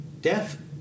death